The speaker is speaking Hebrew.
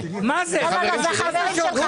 זה החברים שלך.